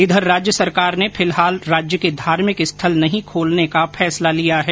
इधर राज्य सरकार ने फिलहाल राज्य के धार्मिक स्थल नहीं खोलने का फैसला लिया है